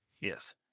Yes